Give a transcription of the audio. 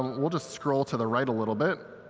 we'll just scroll to the right a little bit.